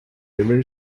river